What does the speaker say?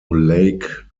lake